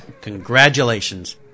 congratulations